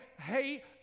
Hey